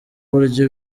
uburyo